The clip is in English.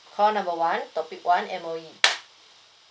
call number one topic one M_O_E